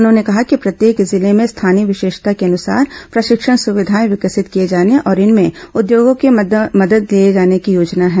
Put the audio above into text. उन्होंने कहा कि प्रत्येक जिले में स्थानीय विशेषता के अनुसार प्रशिक्षण सुविधाएं विकसित किए जाने और इसमें उद्योगों की मदद लिए जाने की योजना है